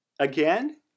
Again